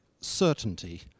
certainty